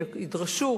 וידרשו